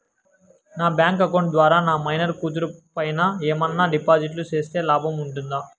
నా bank account ద్వారా నా మైనర్ కూతురు పేరు పైన ఏమన్నా డిపాజిట్లు సేస్తే లాభం ఉంటుందా?